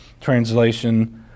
translation